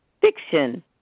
fiction